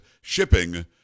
Shipping